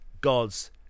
God's